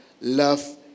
Love